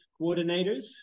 coordinators